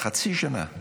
חצי שנה,